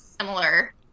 similar